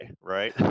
right